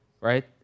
right